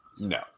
No